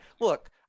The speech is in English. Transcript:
Look